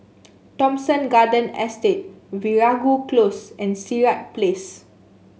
Thomson Garden Estate Veeragoo Close and Sirat Place